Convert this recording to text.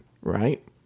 right